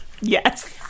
Yes